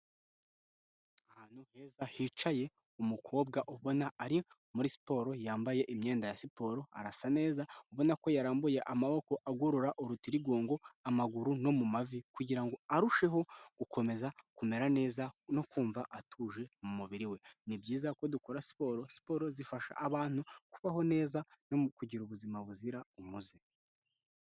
Ahantu heza hicaye umukobwa, ubona ari muri siporo yambaye imyenda ya siporo. Arasa neza ubona ko yarambuye amaboko, agorora urutirigongo, amaguru no mu mavi kugirango arusheho gukomeza kumera neza no kumva atuje mu mubiri we. Ni byiza ko dukora siporo zifasha abantu kubaho neza no mu kugira ubuzima buzira umuze.